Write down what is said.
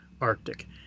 Arctic